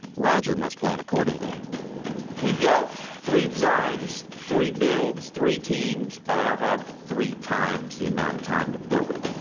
roger must plan accordingly. roger we've got three designs, three builds, three teams. but i don't have three times the amount of time to build it.